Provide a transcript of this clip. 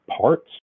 parts